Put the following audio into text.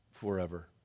Forever